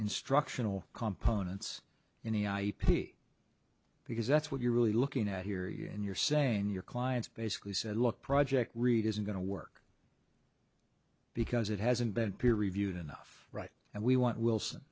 instructional components in the ip because that's what you're really looking at here you're in you're saying your clients basically said look project read isn't going to work because it hasn't been peer reviewed enough right and we want wilson